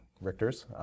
Richter's